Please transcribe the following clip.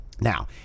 Now